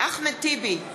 אחמד טיבי,